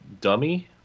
Dummy